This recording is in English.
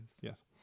Yes